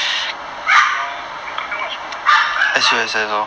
eh err your your girlfriend what school